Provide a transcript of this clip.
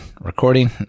recording